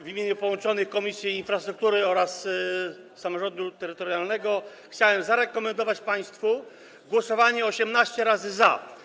W imieniu połączonych komisji: infrastruktury oraz samorządu terytorialnego chciałbym zarekomendować państwu głosowanie 18 razy za.